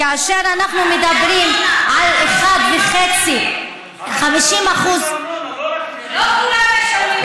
כאשר אנחנו מדברים על 1.5, 50% שישלמו ארנונה.